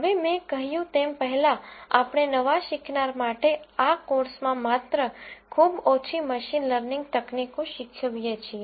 હવે મેં કહ્યું તેમ પહેલાં આપણે નવા શીખનાર માટે આ કોર્સમાં માત્ર ખૂબ ઓછી મશીન લર્નિંગ તકનીકો શીખવીએ છીએ